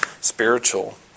spiritual